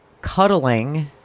Cuddling